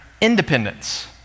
independence